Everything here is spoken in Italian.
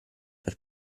per